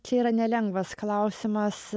čia yra nelengvas klausimas